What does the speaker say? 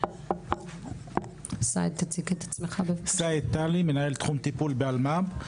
סאיד תלי, מנהל תחום טיפול באלמ"פ.